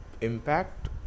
impact